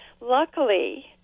Luckily